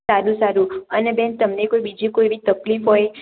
સારું સારું અને બેન તમને કોઈ બીજી કોઈ એવી તકલીફ હોય